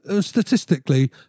statistically